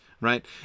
right